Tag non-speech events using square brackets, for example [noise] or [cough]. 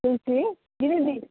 ଶୋଇ ଥିଲେ [unintelligible]